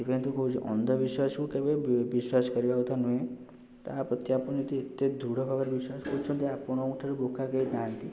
ଏଥିପାଇଁ କି କହୁଛି ଅନ୍ଧବିଶ୍ୱାସକୁ କେବେ ବିଶ୍ୱାସ କରିବା କଥା ନୁହେଁ ତା ପ୍ରତି ଆପଣ ଯଦି ଏତେ ଦୃଢ ଭାବରେ ବିଶ୍ୱାସ କରୁଛନ୍ତି ଆପଣଙ୍କ ଠାରୁ ବୋକା କେହି ନାହାଁନ୍ତି